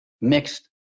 mixed